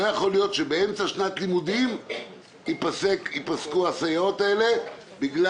לא יכול להיות שבאמצע שנת לימודים הסייעות הללו תפסקנה